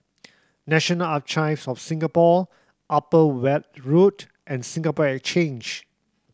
National Archives of Singapore Upper Weld Road and Singapore Exchange